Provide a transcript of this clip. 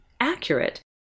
accurate